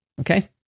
Okay